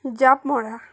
জাঁপ মৰা